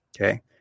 Okay